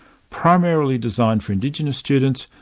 primarily designed for indigenous students,